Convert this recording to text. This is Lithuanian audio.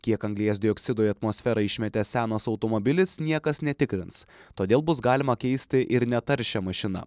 kiek anglies dioksido į atmosferą išmetė senas automobilis niekas netikrins todėl bus galima keisti ir netaršią mašiną